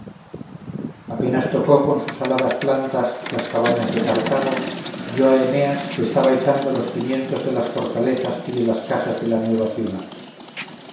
apenas tocó con sus aladas plantas las cabañas de cartago vio a eneas que estaba echando los cimientos de las fortalezas y de las casa de la nueva ciudad